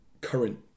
current